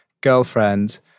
girlfriend